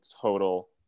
total